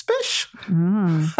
special